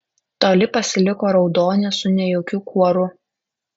toli pasiliko raudonė su nejaukiu kuoru